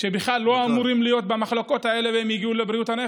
שבכלל לא אמורים להיות במחלקות האלה והם הגיעו לבריאות הנפש.